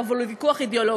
אבל זה ויכוח אידיאולוגי.